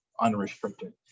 unrestricted